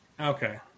Okay